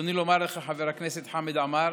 ברצוני לומר לך, חבר הכנסת חמד עמאר,